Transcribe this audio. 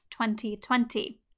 2020